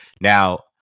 now